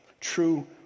true